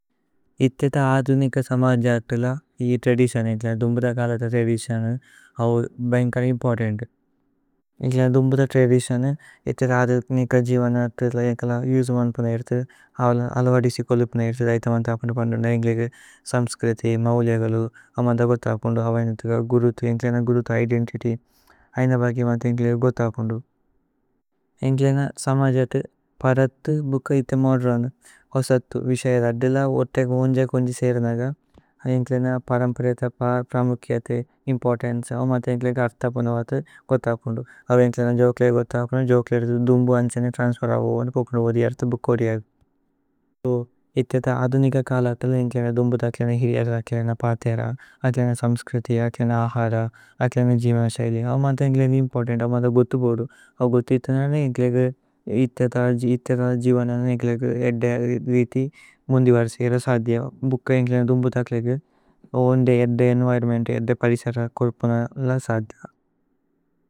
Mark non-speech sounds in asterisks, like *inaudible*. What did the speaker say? ഇഥിഥ ആധുനിക സമജത്ല ഇ ത്രദിസിഓന് ഏന്ഗ്ലേന। ദുമ്ബുധ കലഥ ത്രദിസിഓന ബേന്ഗ്കര ഇമ്പോര്തന്തു। ഏന്ഗ്ലേന ദുമ്ബുധ ത്രദിസിഓനു ഇഥിഥ ആധുനിക। ജിവനത്ല ഏന്ഗ്ലേന യുജുമന്പുന ഇര്ഥു അലവദിസി। കോലുപുന ഇര്ഥു ദൈഥമന്ഥ അപുന്ദു പന്ദുന്ദ। ഏന്ഗ്ലേനേഗ സമ്സ്ക്രിതി മൌലഗലു അമന്ദ ഗോഥ അപുന്ദു। അവൈനുഥ ഗുരുഥു ഏന്ഗ്ലേന ഗുരുഥു ഇദേന്തിത്യ് ഐന। ബഗി അമന്ത ഏന്ഗ്ലേന ഗോഥ അപുന്ദു ഏന്ഗ്ലേന സമജത്। പരത്ഥു ബൂക ഇഥ മോദ്രുനു, ഓസഥ്തു, വിശയ। ഥദുല ഓതേക ഓന്ജ കോന്ജ സേരുനഗ ഏന്ഗ്ലേന। പരമ്പരേഥ പര് പ്രമുക്യതേ ഇമ്പോര്തന്ചേ ഓമഥ। ഏന്ഗ്ലേന ഘര്ഥ അപുന വഥ ഗോഥ അപുന്ദു। അവ ഏന്ഗ്ലേന ജോകേലേഗ ഗോഥ അപുന്ദു ജോകേലേഗ। ദുമ്ബുധ ആന്ഛനേ ത്രന്സ്ഫേര ഓവോനു പോപുന്ദു। ഓധിയര്ഥ ബൂക ഓധിയഗി ഇഥിഥ ആധുനിക। കലത്ല ഏന്ഗ്ലേന ദുമ്ബുധ ഇഥിഥ ഹിരിയധര। ഇഥിഥ പര്ഥേര ഇഥിഥ സമ്സ്ക്രിതി ഇഥിഥ। ആഹര ഇഥിഥ ജിവനശൈലി അവ അമഥ ഏന്ഗ്ലേന। ഇമ്പോര്തന്ത അവ അമഥ ഗോഥ അപുന്ദു അവ ഗോഥ। ഇഥ ജിവനനേ ഇഥിഥ ആധു ജിവനനേ ഏദ്ദ। *hesitation* രീഥി മുന്ദി വര്സേയര സധിയ। ഭൂക ഏന്ഗ്ലേന ദുമ്ബുധ അക്ലേഗ ഓവോന് ഏദ്ദ। ഏന്വിരോന്മേന്ത, ഏദ്ദ പരിസര കോര്പുന ല സധിയ।